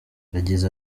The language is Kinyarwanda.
yagize